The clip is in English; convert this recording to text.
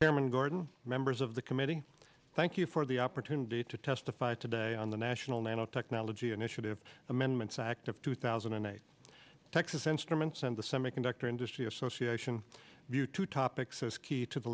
chairman gordon members of the committee thank you for the opportunity to testify today on the national nanotechnology initiative amendments act of two thousand and eight texas instruments and the semiconductor industry association you two topics is key to the